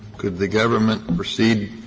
could the government proceed